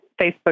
Facebook